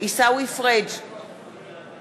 עיסאווי פריג' נגד עמיר פרץ,